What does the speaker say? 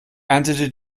erntete